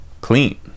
clean